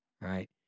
right